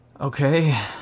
Okay